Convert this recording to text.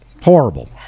horrible